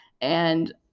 and-